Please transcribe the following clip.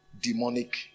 demonic